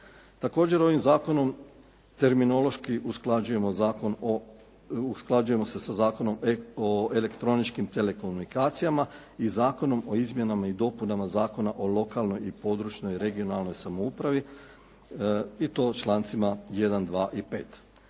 Također ovim zakonom terminološki usklađujemo zakon o, usklađujemo se sa Zakonom o elektroničkim telekomunikacijama i Zakonom o izmjenama i dopunama Zakona o lokalnoj i područnoj, regionalnoj samoupravi i to člancima 1., 2. i 5.